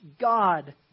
God